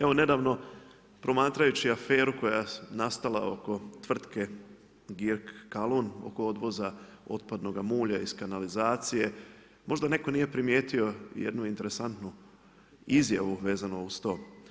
Evo nedavno promatrajući aferu koja je nastala oko tvrtke GIRK-KALUN oko odvoza otpadnoga mulja iz kanalizacije, možda netko nije primijetio jednu interesantnu izjavu vezano uz to.